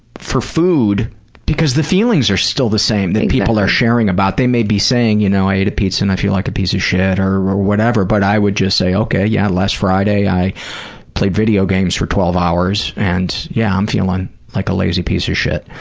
for food because the feelings are still the same jenny exactly. that people are sharing about. they may be saying, you know, i ate a pizza and i feel like a piece of shit or whatever, but i would just say, okay, yeah, last friday i played video games for twelve hours and, yeah, i'm feeling like a lazy piece of shit.